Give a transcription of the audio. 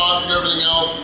and everything else.